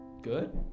good